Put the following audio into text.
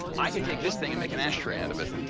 i could take this thing and make an ashtray out of it.